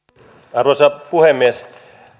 arvoisa puhemies